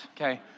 okay